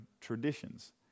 traditions